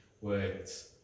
words